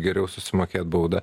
geriau susimokėt baudą